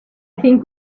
think